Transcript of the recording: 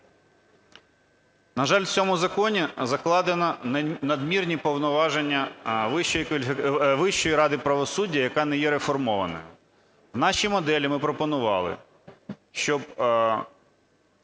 На жаль, в цьому законі закладені надмірні повноваження Вищої ради правосуддя, яка не є реформована. В нашій моделі ми пропонували, щоб